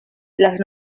las